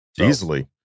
Easily